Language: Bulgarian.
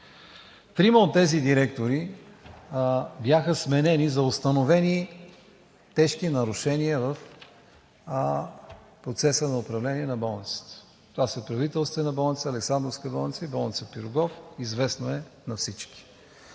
Трима от тези директори бяха сменени за установени тежки нарушения в процеса на управление на болницата. Това са Правителствена болница, Александровска болница и Болница „Пирогов“ – известно е на всички.